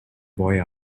boy